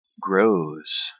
grows